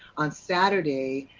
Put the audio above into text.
on saturday,